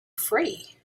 free